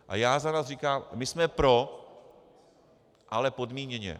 A já za nás říkám, my jsme pro, ale podmíněně.